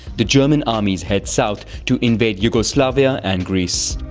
the german armies head south to invade yugoslavia and greece.